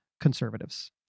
conservatives